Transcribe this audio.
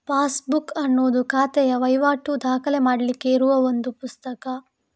passbook ಅನ್ನುದು ಖಾತೆಯ ವೈವಾಟು ದಾಖಲೆ ಮಾಡ್ಲಿಕ್ಕೆ ಇರುವ ಒಂದು ಪುಸ್ತಕ